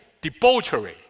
debauchery